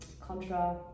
Contra